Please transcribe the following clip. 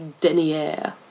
Denier